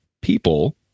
people